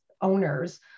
owners